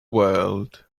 world